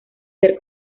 ser